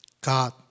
God